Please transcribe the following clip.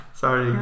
sorry